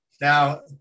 Now